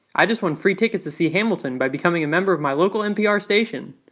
i just won free tickets to see hamilton by becoming a member of my local npr station.